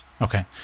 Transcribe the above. Okay